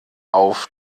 auf